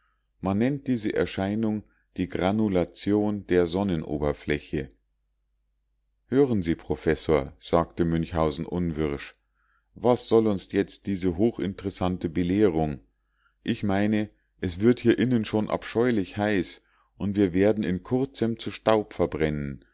man nennt diese erscheinung die granulation der sonnenoberfläche hören sie professor sagte münchhausen unwirsch was soll uns jetzt diese hochinteressante belehrung ich meine es wird hier innen schon abscheulich heiß und wir werden in kurzem zu staub verbrennen